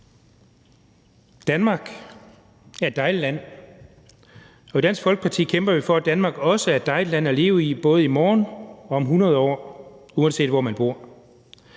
Danmark er et dejligt land, og i Dansk Folkeparti kæmper vi for, at Danmark også er et dejligt land at leve i både i morgen og om 100 år, uanset hvor man bor.